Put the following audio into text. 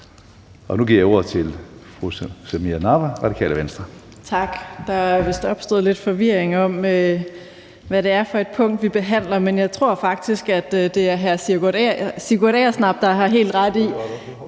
Kl. 10:29 (Ordfører) Samira Nawa (RV): Tak. Der er vist opstået lidt forvirring om, hvad det er for et punkt, vi behandler, men jeg tror faktisk, at det er hr. Sigurd Agersnap, der har helt ret i,